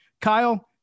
Kyle